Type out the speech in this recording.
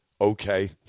Okay